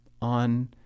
on